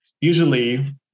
usually